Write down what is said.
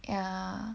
ya